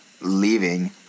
leaving